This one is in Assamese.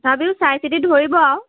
তথাপিও চাই চিতি ধৰিব আৰু